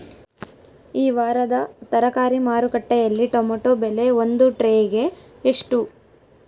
ಈ ವಾರದ ತರಕಾರಿ ಮಾರುಕಟ್ಟೆಯಲ್ಲಿ ಟೊಮೆಟೊ ಬೆಲೆ ಒಂದು ಟ್ರೈ ಗೆ ಎಷ್ಟು?